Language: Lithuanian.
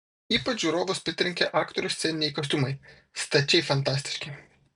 ypač žiūrovus pritrenkė aktorių sceniniai kostiumai stačiai fantastiški